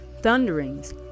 thunderings